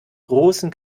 großen